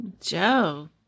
Joe